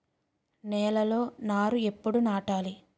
నేలలో నారు ఎప్పుడు నాటాలి?